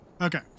Okay